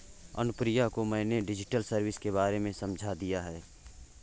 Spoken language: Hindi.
अनुप्रिया को मैंने डिजिटल सर्विस के बारे में समझा दिया है